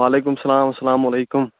وعلیکُم اَسلام اَسلام علیکُم